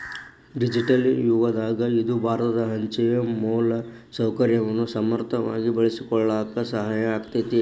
digital ಯುಗದಾಗ ಇದು ಭಾರತ ಅಂಚೆಯ ಮೂಲಸೌಕರ್ಯವನ್ನ ಸಮರ್ಥವಾಗಿ ಬಳಸಿಕೊಳ್ಳಾಕ ಸಹಾಯ ಆಕ್ಕೆತಿ